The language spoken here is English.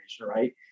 right